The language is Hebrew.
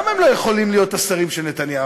למה הם לא יכולים להיות השרים של נתניהו,